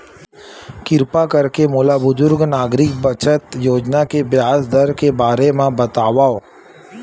किरपा करके मोला बुजुर्ग नागरिक बचत योजना के ब्याज दर के बारे मा बतावव